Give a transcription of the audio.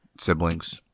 siblings